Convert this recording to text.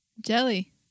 jelly